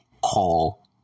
call